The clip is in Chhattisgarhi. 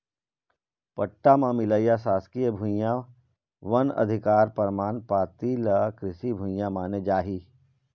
पट्टा म मिलइया सासकीय भुइयां, वन अधिकार परमान पाती ल कृषि भूइया माने जाही